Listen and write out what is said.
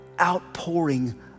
outpouring